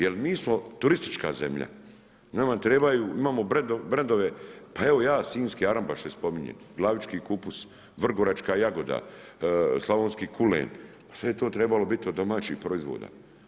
Jel mi smo turistička zemlja, imamo brendove, pa evo ja Sinjske arambaše spominjem, Glavički kupus, Vrgoračka jagoda, Slavonski kulen pa sve je to trebalo biti od domaćih proizvoda.